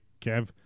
Kev